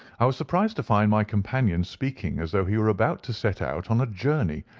i was surprised to find my companion speaking as though he were about to set out on a journey,